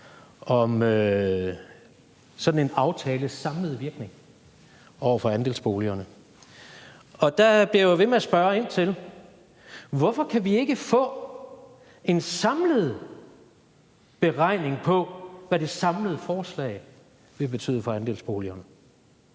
om sådan en aftales samlede virkning over for andelsboligerne. Og der blev jeg ved med at spørge: Hvorfor kan vi ikke få den samlede beregning på, hvad det samlede forslag vil betyde for andelsboligerne?